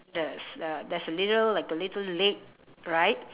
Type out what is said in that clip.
there's uh there's a little like a little lake right